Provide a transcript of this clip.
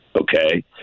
okay